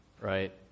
right